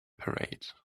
parade